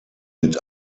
mit